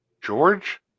George